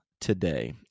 today